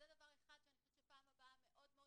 זה דבר אחד שאני חושבת שפעם הבאה מאוד חשוב.